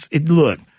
look